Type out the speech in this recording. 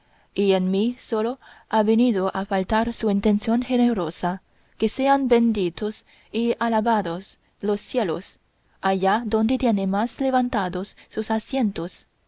y en mí solo ha venido a faltar su intención generosa que sean benditos y alabados los cielos allá donde tienen más levantados sus asientos